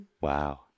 Wow